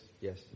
Yes